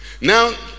Now